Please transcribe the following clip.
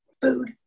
food